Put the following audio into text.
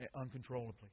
uncontrollably